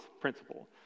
principle